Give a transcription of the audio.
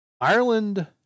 Ireland